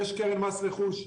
יש את מס רכוש,